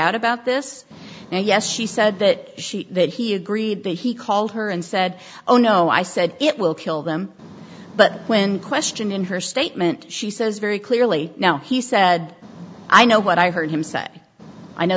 out about this and yes she said that she that he agreed that he called her and said oh no i said it will kill them but when question in her statement she says very clearly now he said i know what i heard him say i know